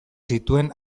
zituen